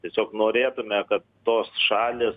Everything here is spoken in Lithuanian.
tiesiog norėtume kad tos šalys